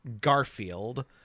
Garfield